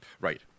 Right